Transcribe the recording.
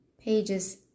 pages